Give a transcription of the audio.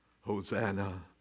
Hosanna